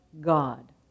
God